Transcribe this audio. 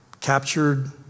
captured